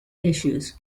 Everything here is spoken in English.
issues